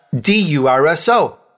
D-U-R-S-O